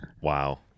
Wow